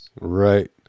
Right